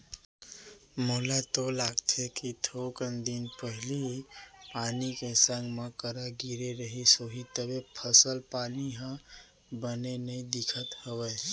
मोला तो लागथे कि थोकन दिन पहिली पानी के संग मा करा गिरे रहिस होही तभे फसल पानी ह बने नइ दिखत हवय